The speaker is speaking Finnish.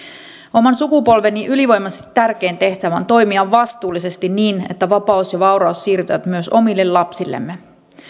oman sukupolveni ylivoimaisesti tärkein tehtävä on toimia vastuullisesti niin että vapaus ja vauraus siirtyvät myös omille lapsillemme